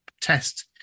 test